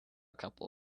couple